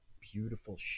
beautiful